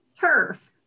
turf